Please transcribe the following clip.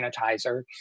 sanitizer